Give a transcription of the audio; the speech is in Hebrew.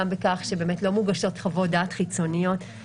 גם בכך שלא מוגשות חוות דעת חיצוניות.